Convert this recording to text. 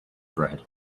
bread